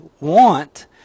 want